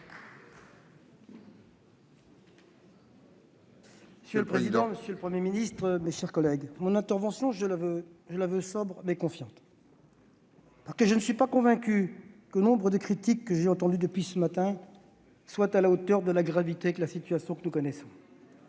Monsieur le président, monsieur le Premier ministre, mes chers collègues, je veux que mon intervention soit sobre et confiante. Je ne suis pas convaincu que les nombreuses critiques entendues depuis ce matin soient à la hauteur de la gravité de la situation que nous connaissons.